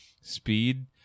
Speed